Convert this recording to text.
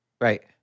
Right